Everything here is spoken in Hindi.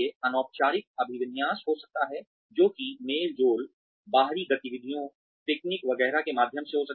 अनौपचारिक अभिविन्यास हो सकता है जो कि मेल जोल गेट टूगेदर बाहरी गतिविधियों पिकनिक वगैरह के माध्यम से हो सकता है